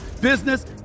business